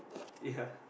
ya